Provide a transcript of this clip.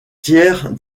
tiers